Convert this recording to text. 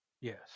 Yes